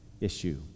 issue